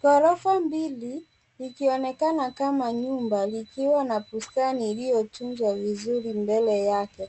Ghorofa mbili likionekana kama nyumba likiwa na bustani iliyotungwa vizuri mbele yake.